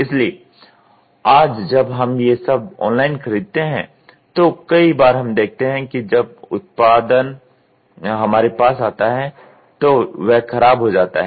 इसलिए आज जब हम ये सब ऑनलाइन खरीदतें हैं तो कई बार हम देखते हैं कि जब उत्पाद हमारे पास आता है तो वह खराब हो जाता है